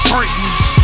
Britneys